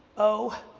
o,